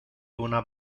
una